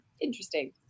Interesting